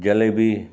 jalebi